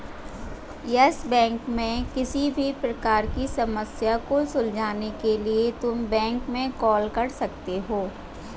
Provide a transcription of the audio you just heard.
yes Bank में किसी भी प्रकार की समस्या को सुलझाने के लिए तुम बैंक में कॉल कर सकते हो